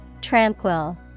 Tranquil